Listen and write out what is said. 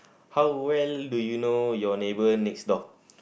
how well do you know your neighbour next door